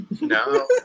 No